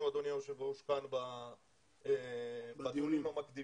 אולי הקשה והחלוצי ביותר של הדורות האחרונים